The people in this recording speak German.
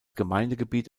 gemeindegebiet